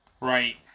Right